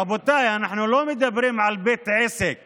רבותיי, אנחנו לא מדברים על בית עסק